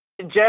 Jeff